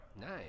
Nice